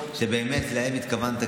תתכנן תוכניות,